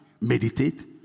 meditate